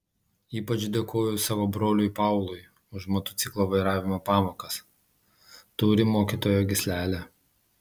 ypač dėkoju savo broliui paului už motociklo vairavimo pamokas turi mokytojo gyslelę